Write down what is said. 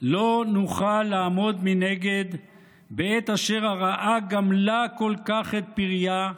"לא נוכל לעמוד מנגד בעת אשר הרעה גמלה כל כך את פרייה,